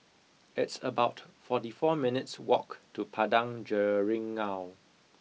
it's about forty four minutes' walk to Padang Jeringau